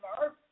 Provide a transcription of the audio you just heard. earth